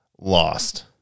lost